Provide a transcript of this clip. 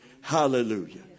Hallelujah